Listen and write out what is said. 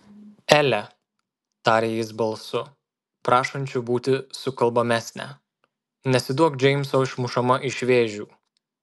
ele tarė jis balsu prašančiu būti sukalbamesnę nesiduok džeimso išmušama iš vėžių